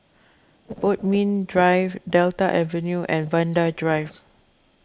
Bodmin Drive Delta Avenue and Vanda Drive